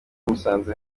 musanze